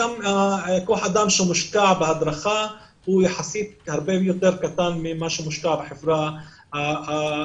גם כוח האדם שמושקע בהדרכה יחסית הרבה יותר קטן ממה שמושקע בחברה היהודית